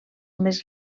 més